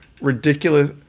ridiculous